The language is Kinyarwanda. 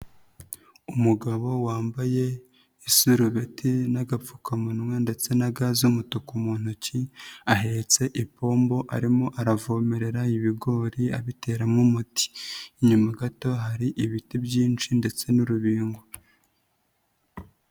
Umugabo wambaye iserubeti n'agapfukamunwa ndetse na ga z'umutuku mu ntoki, ahetse ipombo arimo aravomerera ibigori abiteramo umuti. Inyuma gato hari ibiti byinshi ndetse n'urubingo.